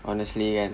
honestly kan